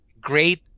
great